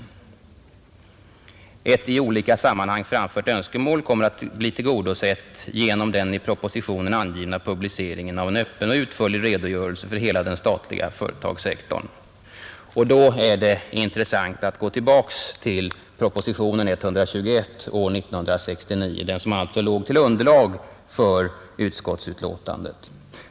Ett i olika sammanhang framfört önskemål kommer att bli tillgodosett genom den i propositionen angivna publiceringen av en Nr 87 öppen och utförlig redogörelse för hela den statliga företagssektorn.” Fredagen den Det är intressant att gå tillbaka till propositionen 121 år 1969, den 14 maj 1971 som alltså utgjorde underlag till utskottsutlåtandet.